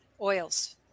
oils